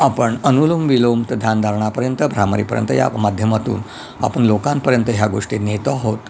आपण अनुलोम विलोम ते ध्यानधारणापर्यंत भ्रामरीपर्यंत या माध्यमातून आपण लोकांपर्यंत ह्या गोष्टी नेत आहोत